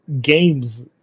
games